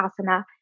asana